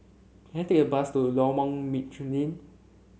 can I take a bus to Lorong